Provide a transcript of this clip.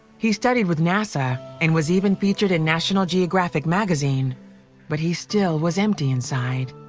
he studied with nasa and was even featured in national geographic magazine but he still was empty inside.